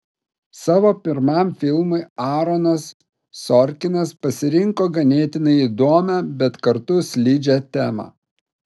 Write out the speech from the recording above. savo pirmam filmui aaronas sorkinas pasirinko ganėtinai įdomią bet kartu slidžią temą